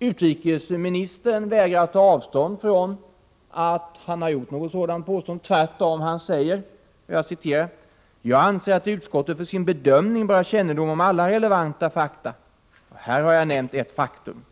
Utrikesministern vägrade att ta avstånd från sitt påstående. Tvärtom sade han: ”Jag anser att utskottet för sin bedömning bör ha kännedom om alla relevanta fakta, och här har jag nämnt ett faktum.”